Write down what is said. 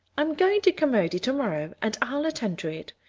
i'm going to carmody tomorrow and i'll attend to it.